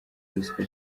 ruswa